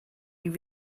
you